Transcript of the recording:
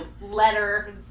letter